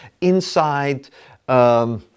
inside